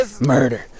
murder